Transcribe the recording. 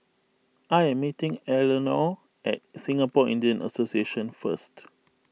I am meeting Eleonore at Singapore Indian Association first